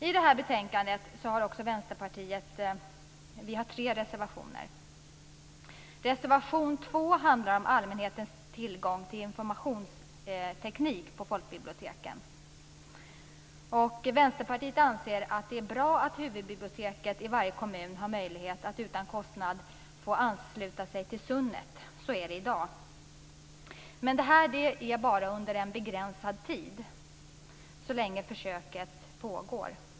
I det här betänkandet har Vänsterpartiet tre reservationer. Reservation 2 handlar om allmänhetens tillgång till informationsteknik på folkbiblioteken. Vänsterpartiet anser att det är bra att huvudbiblioteket i varje kommun har möjlighet att utan kostnad ansluta sig till SUNET. Så är det i dag. Men det här gäller bara under en begränsad tid - så länge försöket pågår.